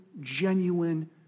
genuine